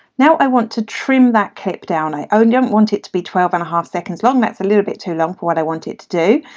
now i want to trim that clip down i and don't want it to be twelve and a half seconds long, that's a little bit too long for what i want it to do.